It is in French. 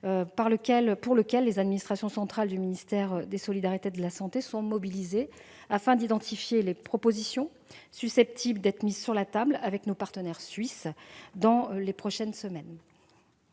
sur laquelle les administrations centrales du ministère des solidarités et de la santé sont mobilisées. Il s'agit d'identifier les propositions susceptibles d'être adressées à nos partenaires suisses dans les prochaines semaines.